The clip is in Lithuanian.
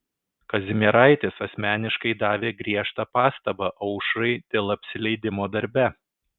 kazimieraitis asmeniškai davė griežtą pastabą aušrai dėl apsileidimo darbe